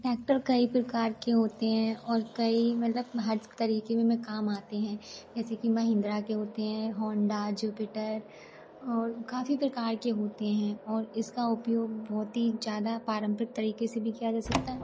tractor कई प्रकार के होते हैं और कई मतलब हर तरीक़े में काम आते हैं जैसे कि महिन्द्रा के होते हैं होंडा जुपिटर और काफ़ी प्रकार के होते हैं और इसका उपयोग बहुत ही ज़्यादा पारंपरिक तरीक़े से भी किया जा सकता है